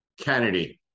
Kennedy